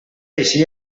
així